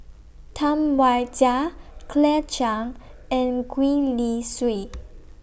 Tam Wai Jia Claire Chiang and Gwee Li Sui